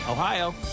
Ohio